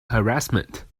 harassment